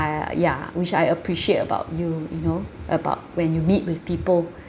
uh ya which I appreciate about you you know about when you meet with people